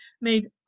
made